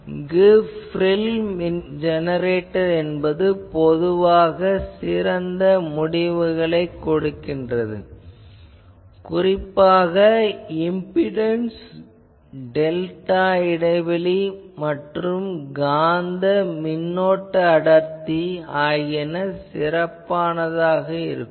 இங்கு ப்ரில் ஜெனரேட்டர் என்பது பொதுவாக சிறந்த முடிவுகளைக் கொடுக்கிறது குறிப்பாக இம்பிடன்ஸ் டெல்டா இடைவெளி மற்றும் காந்த மின்னோட்ட அடர்த்தி ஆகியன சிறப்பாக இருக்கும்